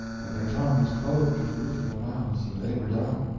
but their tongues clove to the roof of their mouths, and they were dumb.